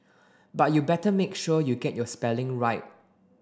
but you better make sure you get your spelling right